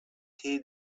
heed